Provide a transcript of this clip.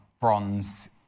bronze